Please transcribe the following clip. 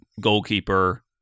goalkeeper